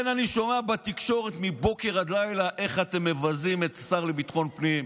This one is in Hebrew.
אני שומע בתקשורת מבוקר עד לילה איך אתם מבזים את השר לביטחון פנים.